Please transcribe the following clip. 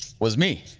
was me.